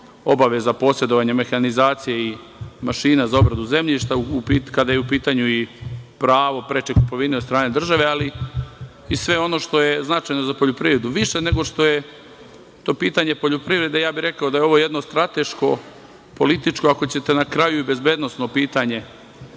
obaveza posedovanja mehanizacije i mašina za obradu zemlje, kada je u pitanju i pravo preče kupovine od strane države, ali i sve ono što je značajno za poljoprivredu, više nego što je to pitanje poljoprivrede, ja bih rekao da je ovo jedno strateško, političko, ako ćete na kraju i bezbednosno pitanje